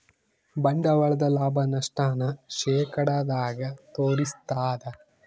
ಬಂಡವಾಳದ ಲಾಭ, ನಷ್ಟ ನ ಶೇಕಡದಾಗ ತೋರಿಸ್ತಾದ